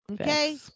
Okay